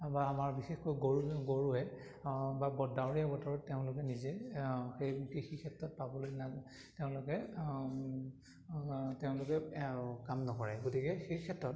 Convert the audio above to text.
বা আমাৰ বিশেষকৈ গৰু গৰুৱে বা ব ডাৱৰীয়া বতৰত তেওঁলোকে নিজে সেই কৃষি ক্ষেত্ৰত পাবলৈ না তেওঁলোকে তেওঁলোকে কাম নকৰে গতিকে সেই ক্ষেত্ৰত